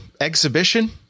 exhibition